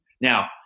Now